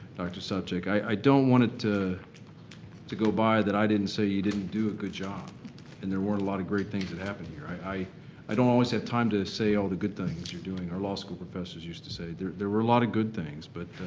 dr. sopcich. i don't want it to to go by that i didn't say you didn't do a good job and there were a lot of great things that happened here. i i don't always have time to say all the good things that you're doing. our law school professors used to say there there were a lot of good things but